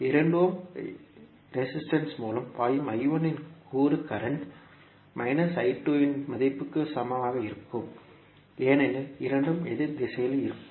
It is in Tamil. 2 ஓம் எதிர்ப்பின் மூலம் பாயும் இன் கூறு கரண்ட் இன் மதிப்புக்கு சமமாக இருக்கும் ஏனெனில் இரண்டும் எதிர் திசைகளில் இருக்கும்